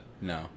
No